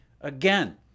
again